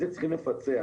את זה צריכים לפצח.